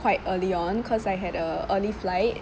quite early on cause I had a early flight